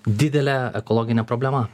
didelė ekologinė problema